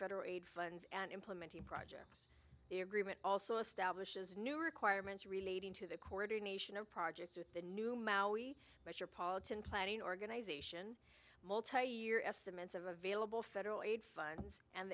federal aid funds and implementing projects the agreement also establishes new requirements relating to the coordination of projects with the new but your politan planning organization estimates of available federal aid funds and